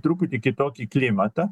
truputį kitokį klimatą